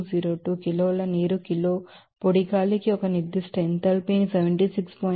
0202 కిలోల నీరు కిలో పొడి గాలికి ఒక నిర్దిష్ట ఎంథాల్పీ 76